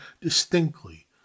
distinctly